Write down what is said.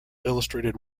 illustrated